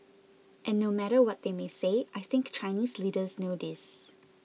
and no matter what they may say I think Chinese leaders know this